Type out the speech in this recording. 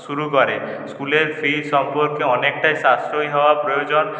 শুরু করে স্কুলের ফিজ সম্পর্কে অনেকটাই সাশ্রয়ী হওয়া প্রয়োজন